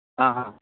অঁ অঁ